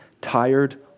tired